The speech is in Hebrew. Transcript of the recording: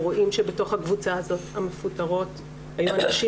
רואים שבתוך הקבוצה של המפוטרות היו נשים